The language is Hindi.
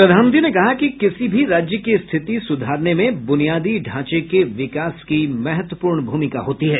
प्रधानमंत्री ने कहा कि किसी भी राज्य की स्थिति सुधारने में बुनियादी ढांचे के विकास की महत्वपूर्ण भूमिका होती है